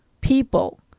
people